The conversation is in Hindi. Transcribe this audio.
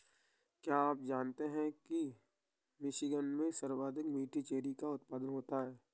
क्या आप जानते हैं कि मिशिगन में सर्वाधिक मीठी चेरी का उत्पादन होता है?